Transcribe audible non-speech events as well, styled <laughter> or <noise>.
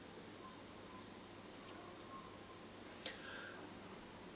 <breath>